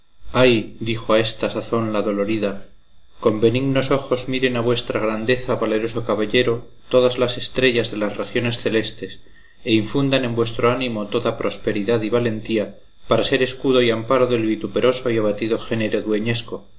dijo a esta sazón la dolorida con benignos ojos miren a vuestra grandeza valeroso caballero todas las estrellas de las regiones celestes e infundan en vuestro ánimo toda prosperidad y valentía para ser escudo y amparo del vituperoso y abatido género dueñesco